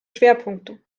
schwerpunkte